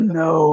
no